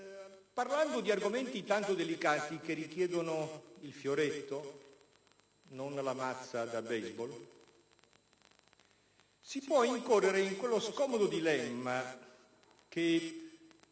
parlando di argomenti tanto delicati, i quali richiedono il fioretto e non la mazza da baseball, si può incorrere in quello scomodo dilemma che